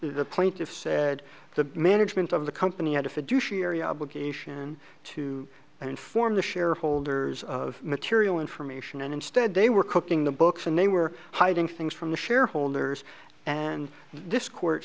the plaintiffs said the management of the company had a fiduciary obligation to inform the shareholders of material information and instead they were cooking the books and they were hiding things from the shareholders and this court